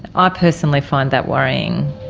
and ah personally find that worrying.